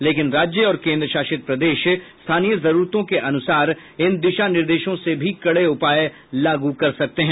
लेकिन राज्य और केंद्र शासित प्रदेश स्थानीय जरूरतों के अनुसार इन दिशा निर्देशों से भी कड़े उपाय लागू कर सकते हैं